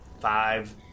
five